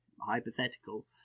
hypothetical